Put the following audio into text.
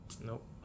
Nope